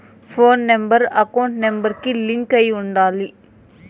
పోను number account number కి link అయ్యి ఉండాలి